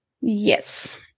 Yes